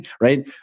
right